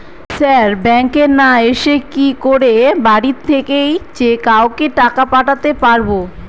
Sir ব্যাঙ্কে না এসে কি করে বাড়ি থেকেই যে কাউকে টাকা পাঠাতে পারবো?